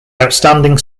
outstanding